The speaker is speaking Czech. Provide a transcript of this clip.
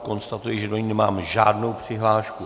Konstatuji, že do ní nemám žádnou přihlášku.